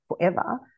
forever